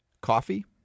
coffee